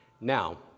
Now